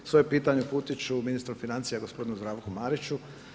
Svoje pitanje uputiti ću ministru financija gospodinu Zdravku Mariću.